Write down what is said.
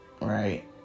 right